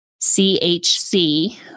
CHC